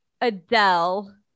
Adele